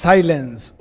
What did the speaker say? Silence